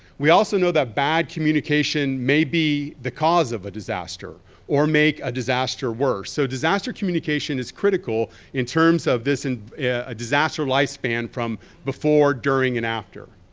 we also know that bad communication may be the cause of a disaster or make a disaster worse. so disaster communication is critical in terms of this and disaster lifespan from before, during, and after.